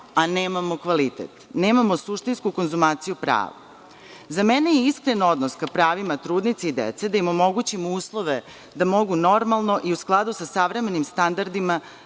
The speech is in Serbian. a nemamo kvalitet. Nemamo suštinsku konzumaciju prava.Za mene je iskren odnos ka pravima trudnica i dece da im omogućimo uslove da mogu normalno i u skladu sa savremenim standardima